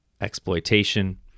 exploitation